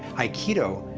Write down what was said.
aikido,